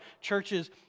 churches